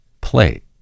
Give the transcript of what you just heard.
play